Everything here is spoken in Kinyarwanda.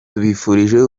tubifurije